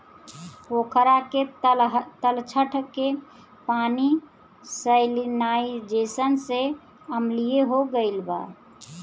पोखरा के तलछट के पानी सैलिनाइज़ेशन से अम्लीय हो गईल बा